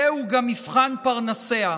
זהו גם מבחן פרנסיה.